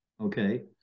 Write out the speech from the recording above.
Okay